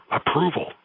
approval